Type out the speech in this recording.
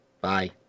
Bye